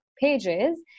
pages